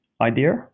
idea